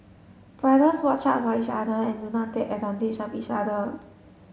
brothers watch out for each other and do not take advantage of each other